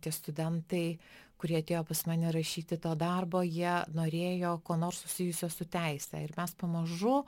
tie studentai kurie atėjo pas mane rašyti to darbo jie norėjo ko nors susijusio su teise ir mes pamažu